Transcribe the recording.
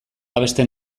abesten